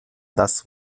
las